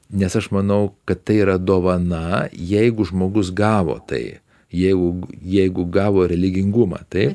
nes aš manau kad tai yra dovana jeigu žmogus gavo tai jeigu jeigu gavo religingumą tai